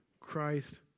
Christ